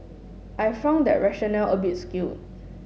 I found that rationale a bit skew